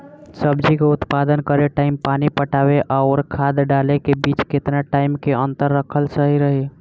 सब्जी के उत्पादन करे टाइम पानी पटावे आउर खाद डाले के बीच केतना टाइम के अंतर रखल सही रही?